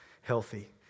healthy